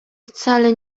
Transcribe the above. wcale